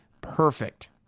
perfect